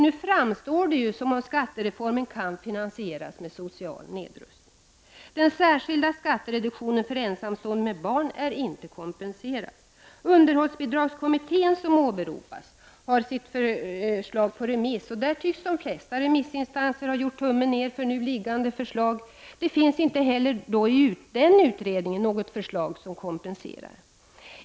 Nu framstår det som om skattereformen kan finansieras med social nedrustning. Den särskilda skattereduktionen för ensamstående med barn är inte kompenserad. Underhållsbidragskommittén som åberopas har sitt förslag på remiss, och där tycks de flesta remissinstanser ha gjort tummen ner för nu liggande förslag. Det finns inte heller i den utredningen något förslag som kompenserar.